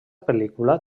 pel·lícula